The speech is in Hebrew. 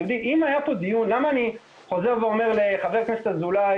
למה אני חוזר ואומר לחבר הכנסת אזולאי